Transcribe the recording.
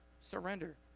surrender